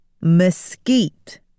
mesquite